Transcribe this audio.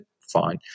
fine